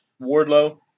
Wardlow